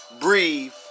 Breathe